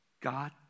God